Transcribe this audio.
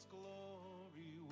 glory